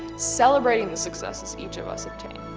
celebrating the successes each of us obtain.